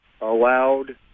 allowed